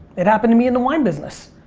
it happened to me in the wine business.